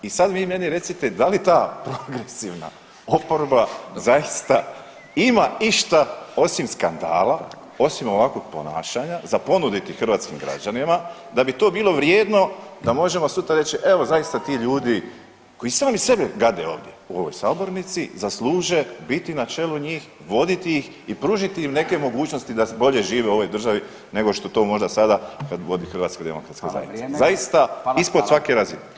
I sad vi meni recite da li ta progresivna oporba zaista ima išta ista osim skandala, osim ovakvog ponašanja za ponuditi hrvatskim građanima da bi to bilo vrijedno da možemo sutra reći evo zaista ti ljudi koji sami sebe gade ovdje u ovoj sabornici zasluže biti na čelu njih, voditi ih i pružiti im neke mogućnosti da bolje žive u ovoj državi nego što to možda sada kad vodi HDZ [[Upadica: Hvala, vrijeme.]] Zaista ispod svake razine.